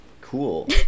Cool